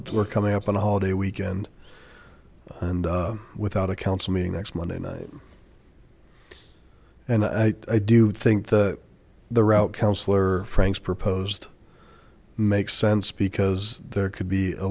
that we're coming up on a holiday weekend and without a council meeting next monday night and i do think that the route councilor frank's proposed makes sense because there could be a